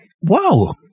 Wow